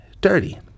dirty